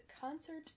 Concert